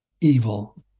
evil